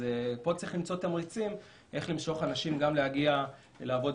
פה צריך למצוא תמריצים איך למשוך אנשים להגיע לעבוד